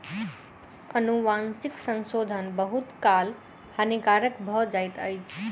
अनुवांशिक संशोधन बहुत काल हानिकारक भ जाइत अछि